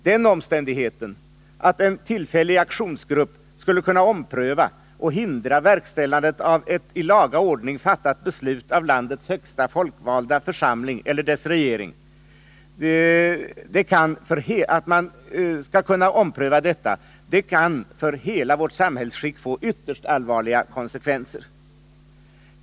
Den omständigheten att en tillfällig aktionsgrupp skulle kunna ompröva och hindra verkställandet av ett i laga ordning fattat beslut av landets högsta folkvalda församling eller dess regering kan för hela vårt samhällsskick få ytterst allvarliga konsekvenser.